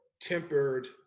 tempered